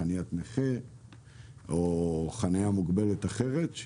כמו חניה של נכה או חניה מוגבלת אחרת,